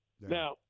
Now